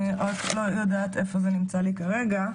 אני רק לא יודעת איפה זה נמצא כרגע.